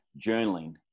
journaling